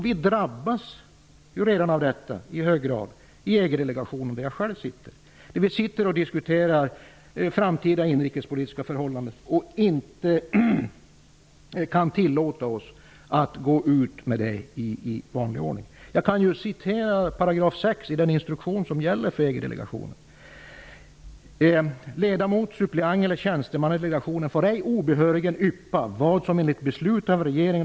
Vi drabbas redan i hög grad av detta i EG-delegationen, där jag själv sitter.